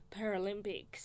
Paralympics